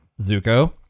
Zuko